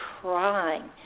crying